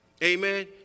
Amen